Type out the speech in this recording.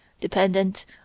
DEPENDENT